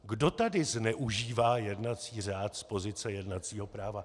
Kdo tady zneužívá jednací řád z pozice jednacího práva?